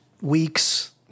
weeks